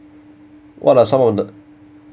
what are some of the